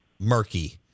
Murky